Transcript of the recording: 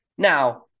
Now